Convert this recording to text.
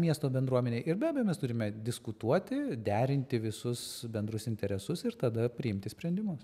miesto bendruomenei ir be abejo mes turime diskutuoti derinti visus bendrus interesus ir tada priimti sprendimus